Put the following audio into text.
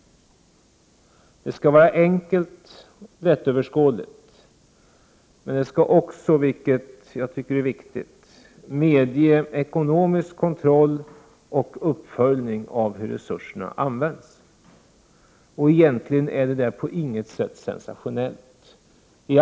Det skall vara enkelt och lättöverskådligt, men det skall också, vilket jag tycker är viktigt, medge en ekonomisk kontroll och en uppföljning av hur resurserna används. Detta är egentligen på intet sätt sensationellt.